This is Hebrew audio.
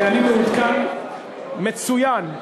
אני מעודכן מצוין.